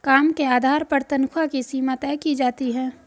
काम के आधार पर तन्ख्वाह की सीमा तय की जाती है